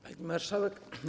Pani Marszałek!